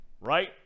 right